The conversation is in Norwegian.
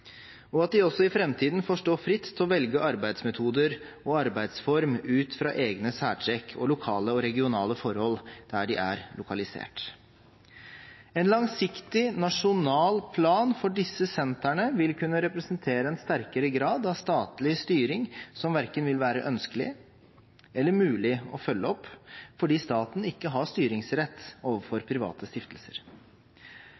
og at de også i framtiden får stå fritt til å velge arbeidsmetoder og arbeidsform ut fra egne særtrekk og lokale og regionale forhold der de er lokalisert. En langsiktig, nasjonal plan for disse sentrene vil kunne representere en sterkere grad av statlig styring som verken vil være ønskelig eller mulig å følge opp fordi staten ikke har styringsrett overfor private stiftelser.